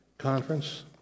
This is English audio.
conference